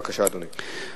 בבקשה, אדוני.